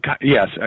yes